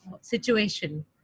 situation